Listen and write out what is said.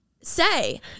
say